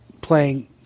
playing –